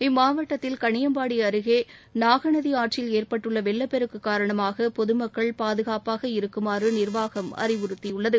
இம்மாவட்டத்தில் கணியம்பாடி அருகே நாகநதி ஆற்றில் ஏற்பட்டுள்ள வெள்ளப்பெருக்கு காரணமாக பொது மக்கள் பாதுகாப்பாக இருக்குமாறு நிர்வாகம் அறிவுறுத்தியுள்ளது